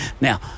Now